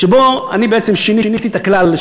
שבו אני בעצם שיניתי את הכלל,